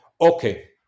Okay